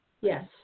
Yes